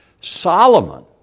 Solomon